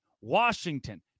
Washington